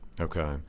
Okay